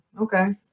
Okay